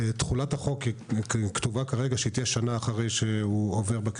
כתוב כרגע שתחולת החוק תהיה שנה אחרי שהחוק עובר.